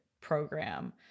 program